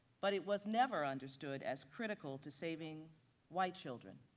but it was never understood as critical to saving white children,